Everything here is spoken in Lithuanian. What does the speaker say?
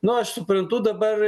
nu aš suprantu dabar